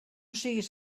siguis